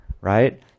Right